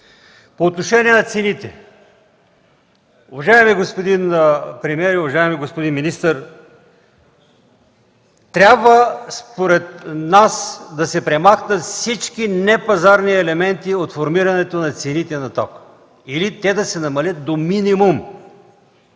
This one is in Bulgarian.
По отношение на цените. Уважаеми господин премиер и господин министър, според нас трябва да се премахнат всички непазарни елементи от формирането на цените на тока или те да бъдат намалени до минимум.